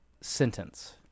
sentence